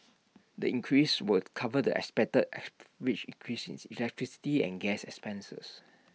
the increase will cover the expected increase electricity and gas expenses